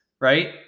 right